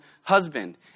husband